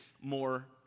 more